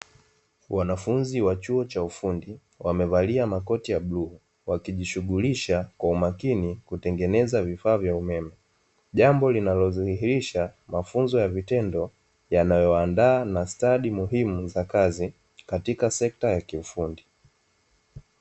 Wanafunzi wa chuo cha ufundi wamevalia makoti ya bluu wakijishughulisha kwa umakini kutengeneza vifaa vya umeme jambo linalodhihirisha mafunzo ya vitendo yanayoandaa na stadi muhimu za kazi katika sekta ya kiufundi.